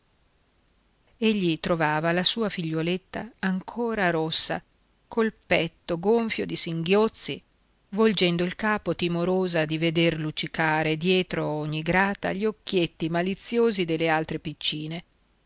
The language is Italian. egli trovava la sua figliuoletta ancora rossa col petto gonfio di singhiozzi volgendo il capo timorosa di veder luccicare dietro ogni grata gli occhietti maliziosi delle altre piccine